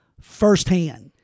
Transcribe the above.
firsthand